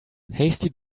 hasty